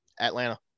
Atlanta